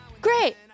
Great